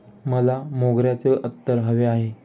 मला मोगऱ्याचे अत्तर हवे आहे